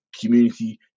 community